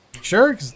Sure